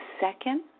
second